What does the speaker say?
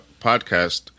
podcast